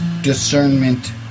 discernment